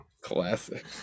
Classic